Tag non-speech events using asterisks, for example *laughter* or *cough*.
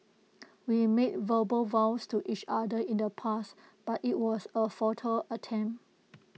*noise* we made verbal vows to each other in the past but IT was A futile attempt